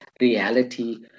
reality